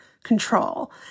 Control